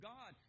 God